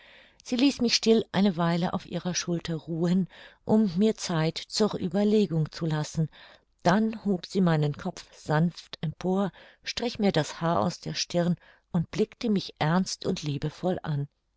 sie ließ mich still eine weile auf ihrer schulter ruhen um mir zeit zur ueberlegung zu lassen dann hob sie meinen kopf sanft empor strich mir das haar aus der stirn und blickte mich ernst und liebevoll an